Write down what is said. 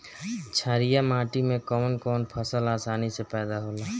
छारिया माटी मे कवन कवन फसल आसानी से पैदा होला?